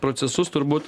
procesus turbūt